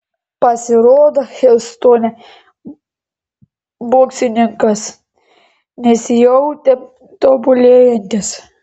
pasirodo hjustone boksininkas nesijautė tobulėjantis